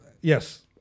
Yes